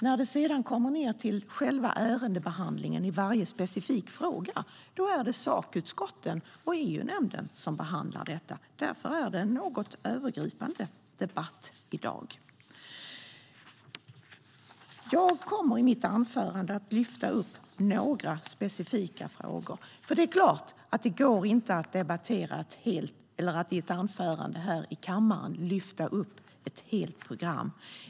När det kommer till själva ärendebehandlingen i varje specifik fråga är det sedan sakutskotten och EU-nämnden som behandlar detta, och därför är det en något övergripande debatt i dag. Jag kommer i mitt anförande att lyfta upp några specifika frågor. Det är klart att det inte går att i ett anförande här i kammaren lyfta upp ett helt program.